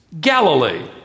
Galilee